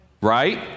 right